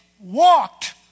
walked